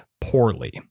poorly